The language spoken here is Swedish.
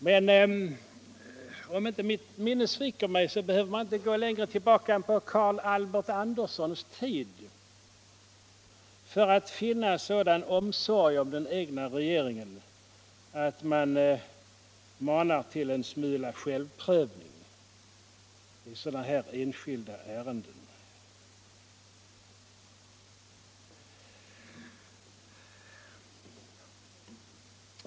Men om inte mitt minne sviker mig behöver man inte söka sig längre tillbaka än till Carl Albert Andersons tid för att finna sådan omsorg om den egna regeringen att man manar till en smula självprövning i sådana här enskilda ärenden.